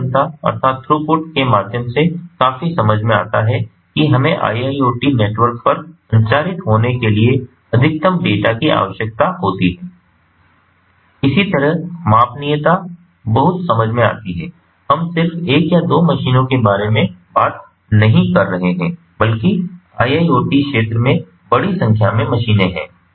प्रवाह क्षमता के माध्यम से काफी समझ में आता है कि हमें IIoT नेटवर्क पर संचारित होने के लिए अधिकतम डेटा की आवश्यकता होती है इसी तरह मापनीयता स्केलेबिलिटी बहुत समझ में आती है हम सिर्फ एक या दो मशीनों के बारे में बात नहीं कर रहे हैं बल्कि IIoT क्षेत्र में बड़ी संख्या में मशीनें हैं